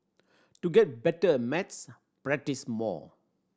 to get better at maths practise more